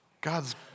God's